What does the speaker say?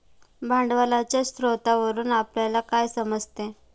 भांडवलाच्या स्रोतावरून आपल्याला काय समजते?